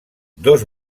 dos